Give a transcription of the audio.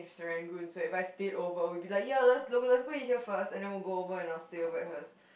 Serangoon so If I stayed over we'd be like ya let's go let's go eat here first and then we'll go over and I'll stay over at hers